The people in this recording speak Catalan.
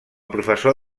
professor